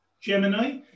Gemini